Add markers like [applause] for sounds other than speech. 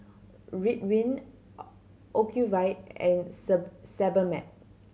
Ridwind [unintelligible] Ocuvite and [unintelligible] Sebamed